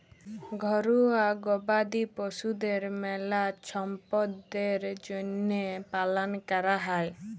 ঘরুয়া গবাদি পশুদের মেলা ছম্পদের জ্যনহে পালন ক্যরা হয়